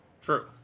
True